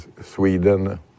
Sweden